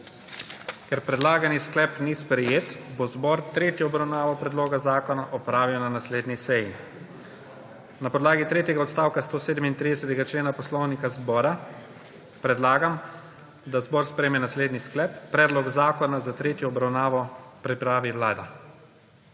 Ker predlagani sklep ni bil sprejet, bo zbor tretjo obravnavo predloga zakona opravil na naslednji seji. Na podlagi tretjega odstavka 137. člena Poslovnika predlagam zboru, da sprejme naslednji sklep: Predlog zakona za tretjo obravnavo pripravi Vlada.